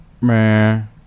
Man